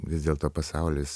vis dėlto pasaulis